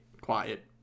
quiet